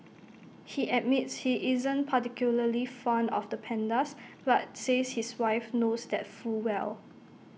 he admits he isn't particularly fond of the pandas but says his wife knows that full well